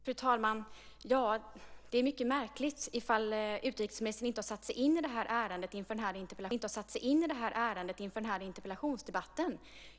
Fru talman! Det är mycket märkligt ifall utrikesministern inte har satt sig in i det här ärendet inför interpellationsdebatten.